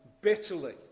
bitterly